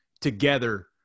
together